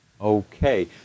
Okay